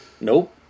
nope